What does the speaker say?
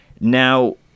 Now